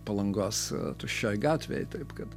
palangos tuščioj gatvėj taip kad